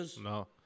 no